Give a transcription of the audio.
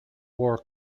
war